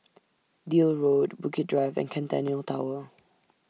Deal Road Bukit Drive and Centennial Tower